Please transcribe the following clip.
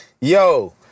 Yo